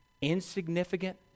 insignificant